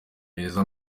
meza